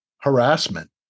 harassment